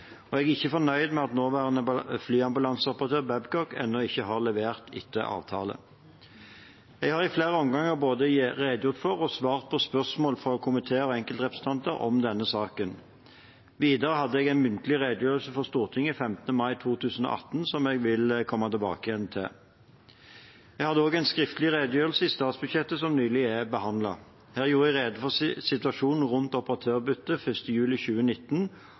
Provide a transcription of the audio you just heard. Jeg er ikke fornøyd med at nåværende flyambulanseoperatør Babcock ennå ikke har levert etter avtale. Jeg har i flere omganger både redegjort for og svart på spørsmål fra komiteer og enkeltrepresentanter om denne saken. Videre hadde jeg en muntlig redegjørelse for Stortinget 15. mai 2018, som jeg vil komme tilbake til. Jeg hadde også en skriftlig redegjørelse i statsbudsjettet som nylig er behandlet. Her gjorde jeg rede for situasjonen rundt operatørbyttet 1. juli 2019